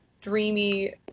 dreamy